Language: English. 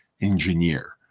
engineer